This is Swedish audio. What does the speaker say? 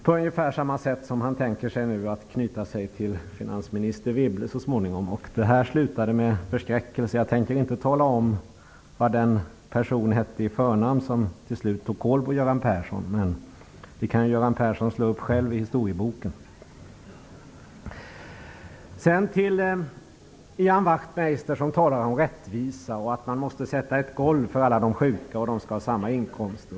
På ungefär samma sätt tänker sig Göran Persson att knyta sig till Anne Wibble så småningom. Historien slutade med en förskräckelse. Jag tänker inte tala om förnamnet på den person som till slut tog kol på Göran Persson, men det kan väl Göran Persson själv slå upp i historieboken. Ian Wachtmeister talar om rättvisa, att man måste sätta ett golv för alla sjuka och att de skall ha oförändrade inkomster.